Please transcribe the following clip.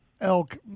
elk